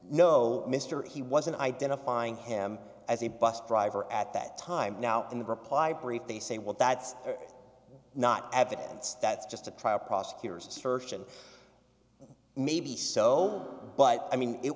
no mr he wasn't identifying him as a bus driver at that time now in the reply brief they say well that's not evidence that's just a trial prosecutors assertion maybe so but i mean it